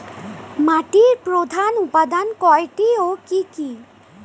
মাটির প্রধান উপাদান কয়টি ও কি কি?